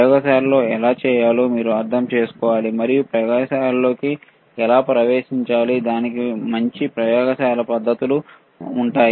ప్రయోగశాలలో ఎలా చేయాలో మీరు అర్థం చేసుకోవాలిమరియు ప్రయోగశాలలోకి ఎలా ప్రవేశించాలో దానిని మంచి ప్రయోగశాల పద్ధతులు అంటారు